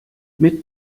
mit